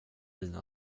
dina